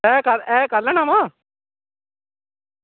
एह् कल्ल ई आना